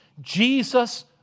Jesus